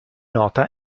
nota